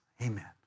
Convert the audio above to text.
Amen